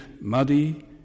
muddy